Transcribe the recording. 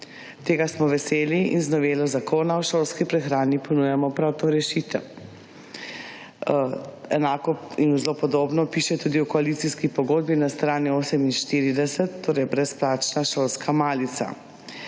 Tega smo veseli in z novelo zakona o šolski prehrani ponujamo prav to rešitev. Enako in zelo podobno piše tudi v koalicijski pogodbi na strani 48, torej brezplačna šolska malica.